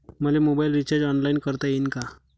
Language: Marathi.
मले मोबाईल रिचार्ज ऑनलाईन करता येईन का?